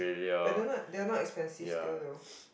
but the one they are not expensive still though